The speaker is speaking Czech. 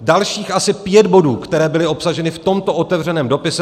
Dalších asi pět bodů, které byly obsaženy v tomto otevřeném dopise z 19.